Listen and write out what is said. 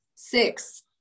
six